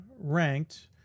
ranked